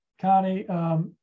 Connie